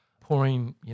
pouring